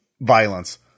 violence